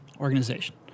organization